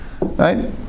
right